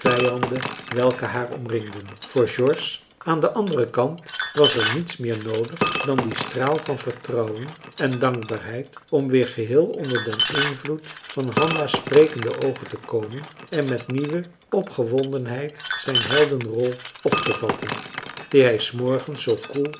welke haar omringden voor george aan den anderen kant was er niets meer noodig dan die straal van vertrouwen en dankbaarheid om weer geheel onder den invloed van hanna's sprekende oogen te komen en met nieuwe opgewondenheid zijn heldenrol optevatten die hij s morgens zoo koel